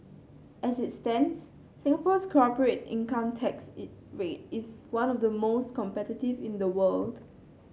as it stands Singapore's corporate income tax rate is one of the most competitive in the world